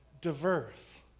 diverse